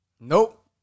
Nope